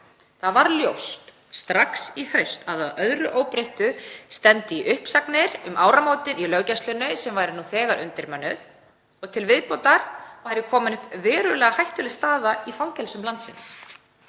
Það varð ljóst strax í haust að að öðru óbreyttu stefndi í uppsagnir um áramótin í löggæslunni, sem væri nú þegar undirmönnuð, og til viðbótar væri komin upp verulega hættuleg staða í fangelsum landsins